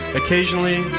occasionally,